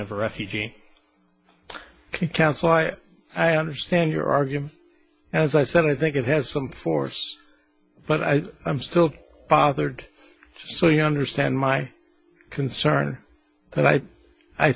of refugee council i understand your argument as i said i think it has some force but i am still bothered so you understand my concern but i i